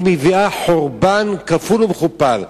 מביאה חורבן כפול ומכופל.